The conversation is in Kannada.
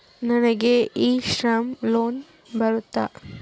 ನನಗೆ ಇ ಶ್ರಮ್ ಲೋನ್ ಬರುತ್ತಾ?